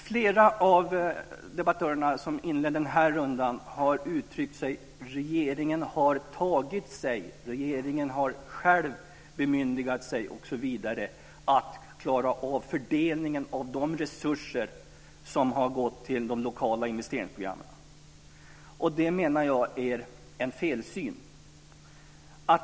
Flera av de debattörer som inlett den här rundan har uttryckt att regeringen har tagit på sig, regeringen har själv bemyndigat sig osv. att klara fördelningen av de resurser som gått till de lokala investeringsprogrammen. Det, menar jag, är en felsyn.